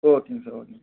ஓகேங்க சார் ஓகேங்க சார்